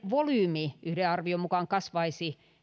volyymi yhden arvion mukaan kasvaisi